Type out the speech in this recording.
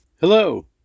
Hello